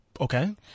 Okay